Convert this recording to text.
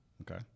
Okay